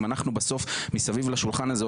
אם אנחנו בסוף מסביב לשולחן הזה,